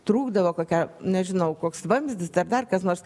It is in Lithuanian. trūkdavo kokia nežinau koks vamzdis dar dar kas nors